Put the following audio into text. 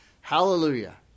Hallelujah